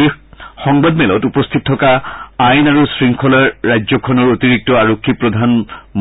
এই সংবাদমেলত উপস্থিত থকা আইন আৰু শংখলাৰ ৰাজ্যখনৰ অতিৰিক্ত আৰক্ষী প্ৰধান